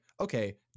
okay